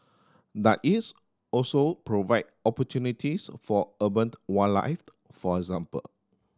does is also provide opportunities for urban wildlife for example